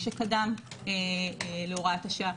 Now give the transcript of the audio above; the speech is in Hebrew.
שקדם להוראת השעה,